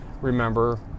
remember